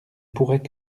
pourrait